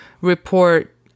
report